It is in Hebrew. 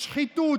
שחיתות,